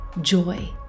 joy